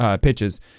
pitches